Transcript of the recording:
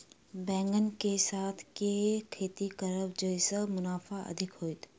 बैंगन कऽ साथ केँ खेती करब जयसँ मुनाफा अधिक हेतइ?